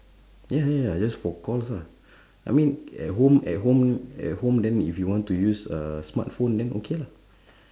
ya ya ya just for calls lah I mean at home at home at home then if you want to use a smartphone then okay lah